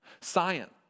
Science